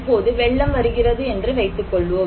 இப்போது வெள்ளம் வருகிறது என்று வைத்துக் கொள்வோம்